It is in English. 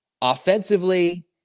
Offensively